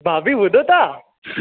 भाभी ॿुधो था